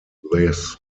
this